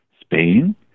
Spain